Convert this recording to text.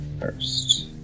first